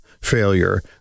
failure